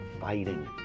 fighting